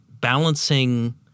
balancing